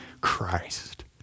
Christ